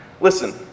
Listen